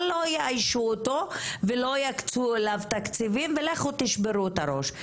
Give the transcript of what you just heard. לא יאיישו אותו ולא יקצו לו תקציבים ולכו תשברו את הראש.